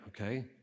okay